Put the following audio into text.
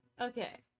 Okay